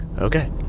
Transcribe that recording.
Okay